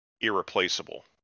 irreplaceable